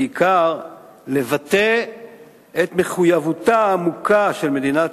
אלא בעיקר לבטא את מחויבותה העמוקה של מדינת